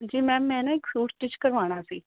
ਜੀ ਮੈਮ ਮੈਂ ਨਾ ਇਕ ਸੂਟ ਸਟਿੱਚ ਕਰਵਾਣਾ ਸੀ